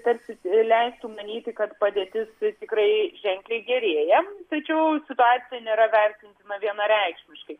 tarsi leistų manyti kad padėtis tikrai ženkliai gerėja tačiau situacija nėra vertintina vienareikšmiškai